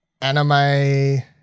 anime